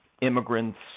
immigrants